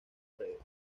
redes